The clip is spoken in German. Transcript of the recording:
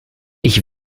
ich